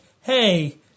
hey